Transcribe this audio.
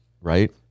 right